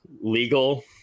legal